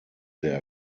sehr